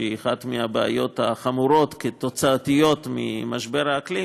שהיא אחת הבעיות החמורות עקב משבר האקלים,